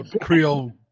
Creole